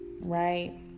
right